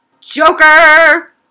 Joker